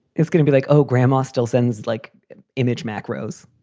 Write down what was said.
it's going to be like, oh, grandma still sounds like image macros.